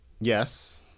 Yes